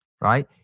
right